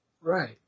Right